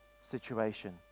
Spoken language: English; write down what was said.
situation